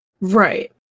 Right